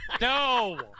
No